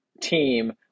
team